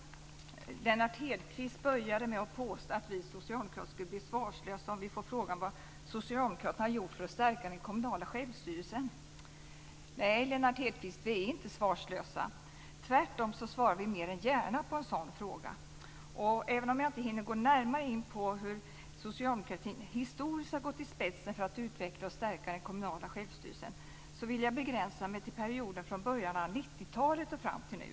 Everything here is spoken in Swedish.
Lennart Hedquist började med att påstå att vi socialdemokrater skulle bli svarslösa om vi fick frågan vad socialdemokraterna har gjort för att stärka den kommunala självstyrelsen. Nej, Lennart Hedquist, vi är inte svarslösa. Tvärtom svarar vi mer än gärna på en sådan fråga. Även om jag inte hinner gå närmare in på hur socialdemokratin historiskt har gått i spetsen för att utveckla och stärka den kommunala självstyrelsen vill jag begränsa mig till perioden från början av 90-talet fram till nu.